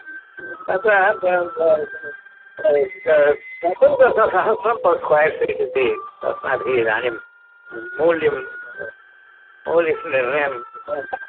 तद् ब्ब्ब् ब् त् चतुर्दश सहस्रं पर् स्क्वेर्फ़ीट् इति अस्माभिः इदानीं मूल्यं मूल्यस्य निर्णयं कृतवन्तः